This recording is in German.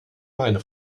meine